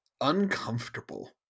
uncomfortable